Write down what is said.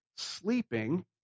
sleeping